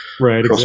Right